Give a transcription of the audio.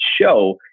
show